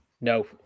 No